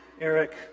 Eric